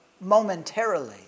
momentarily